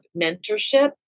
mentorship